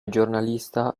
giornalista